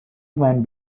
men